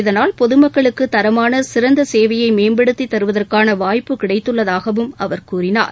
இதனால் பொதுமக்களுக்கு தரமான சிறந்த சேவையை மேம்படுத்தித் தருவதற்கான வாய்ப்பு கிடைத்துள்ளதாகவும் அவர் கூறினார்